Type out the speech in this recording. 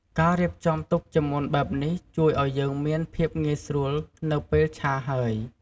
ការរៀបចំទុកជាមុនបែបនេះ ជួយឲ្យយើងមានភាពងាយស្រួលនៅពេលឆាហើយ។